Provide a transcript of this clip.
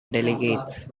delegates